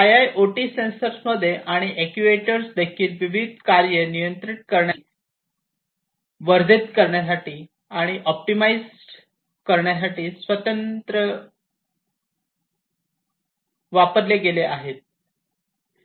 आयआयओटीमध्ये sensor आणि actuators देखील विविध कार्ये नियंत्रित करण्यासाठी वर्धित करण्यासाठी आणि ऑप्टिमाइझ करण्यासाठी सर्वत्र वापरले गेले आहेत